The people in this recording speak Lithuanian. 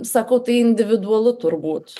sakau tai individualu turbūt